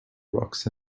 rocks